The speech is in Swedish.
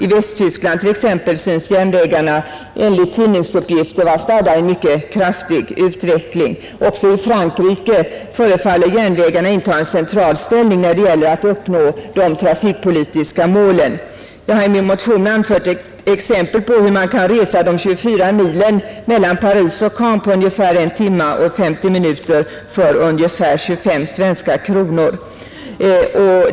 I Västtyskland synes de t.ex. enligt uppgifter i tidningarna vara stadda i mycket kraftig utveckling. Också i Frankrike förefaller järnvägarna inta en central ställning när det gäller att uppnå de trafikpolitiska målen. Jag 149 har i min motion anfört ett exempel på hur man kan resa de 24 milen mellan Paris och Caen på ungefär 1 timme 50 minuter för ungefär 25 svenska kronor.